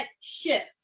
shift